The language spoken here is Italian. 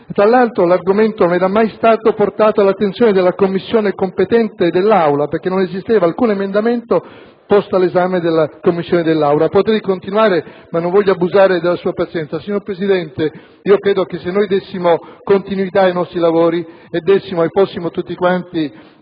Tra l'altro, l'argomento non era mai stato portato all'attenzione della Commissione competente e dell'Aula perché non esisteva alcun emendamento posto all'esame della Commissione e dell'Aula». Potrei continuare, ma non voglio abusare della sua pazienza. Signor Presidente, credo che se volessimo dare continuità ai nostri lavori e fossimo tutti coerenti